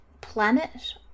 planet